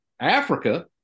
Africa